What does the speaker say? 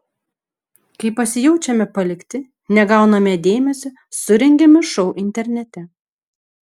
kai pasijaučiame palikti negauname dėmesio surengiame šou internete